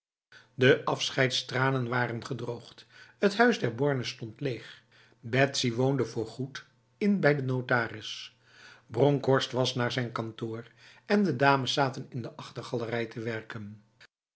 de afscheidstranen waren gedroogd het huis der bornes stond leeg betsy woonde voorgoed in bij de notaris bronkhorst was naar zijn kantoor en de dames zaten in de achtergalerij te werken